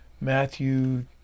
Matthew